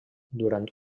durant